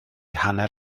hanner